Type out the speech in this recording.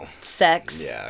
sex